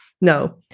No